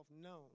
known